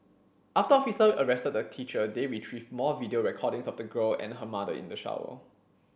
after officer arrested the teacher they retrieved more video recordings of the girl and her mother in the shower